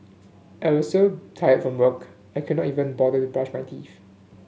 I was so tired from work I could not even bother to brush my teeth